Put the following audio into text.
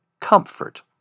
comfort